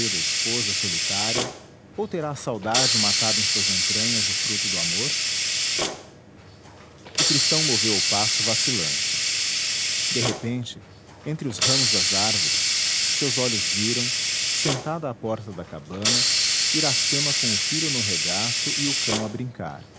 da esposa solitária ou terá a saudade matado em suas entranhas o fruto do amor o cristão moveu o passo vacilante de repente entre os ramos das árvores seus olhos viram sentada à porta da cabana iracema com o filho no regaço e o cão a brincar